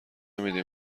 میدیم